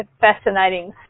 fascinating